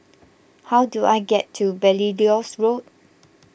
how do I get to Belilios Road